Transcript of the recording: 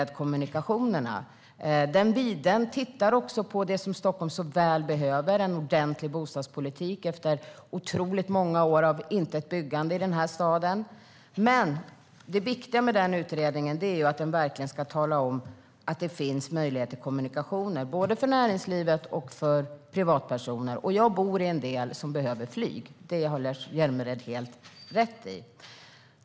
Den tittar också på det Stockholm så väl behöver, nämligen en ordentlig bostadspolitik efter otroligt många år av intet byggande i den här staden. Men det viktiga med utredningen är att den verkligen ska tala om att det finns möjlighet till kommunikationer, både för näringslivet och för privatpersoner. Jag bor i en del av landet som behöver flyg; det har Lars Hjälmered helt rätt i.